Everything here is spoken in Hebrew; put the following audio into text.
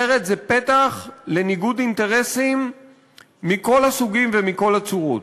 אחרת זה פתח לניגוד אינטרסים מכל הסוגים ומכל הצורות.